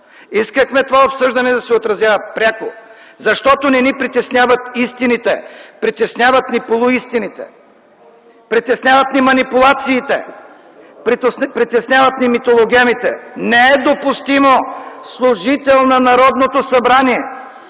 Искахме обсъждането да се отразява пряко, защото не ни притесняват истините, притесняват ни полуистините, притесняват ни манипулациите, притесняват ни митологемите. (Шум от ГЕРБ.) Не е допустимо служител на Народното събрание